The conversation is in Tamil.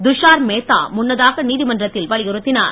துஷார் மேத்தா முன்னதாக நீதிமன்றத்தில் வலியுறுத்தினார்